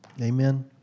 Amen